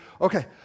okay